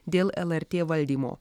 dėl lrt valdymo